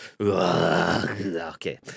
Okay